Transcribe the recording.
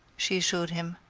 she assured him.